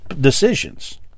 decisions